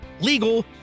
legal